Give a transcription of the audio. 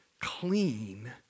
clean